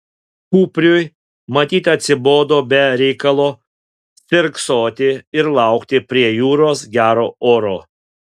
kupriui matyt atsibodo be reikalo stirksoti ir laukti prie jūros gero oro